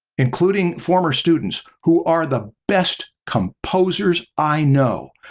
including former students who are the best composers i know,